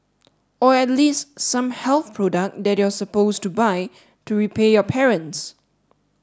or at least some health product that you're supposed to buy to repay your parents